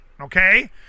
Okay